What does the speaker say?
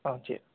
ஆ சேரி